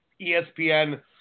ESPN